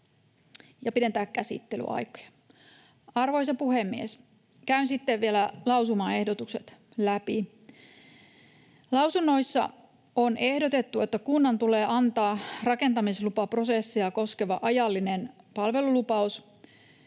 ja pidentää käsittelyaikoja. Arvoisa puhemies! Käyn sitten vielä lausumaehdotukset läpi. Lausunnoissa on ehdotettu, että kunnan tulee antaa rakentamislupaprosessia koskeva ajallinen palvelulupaus.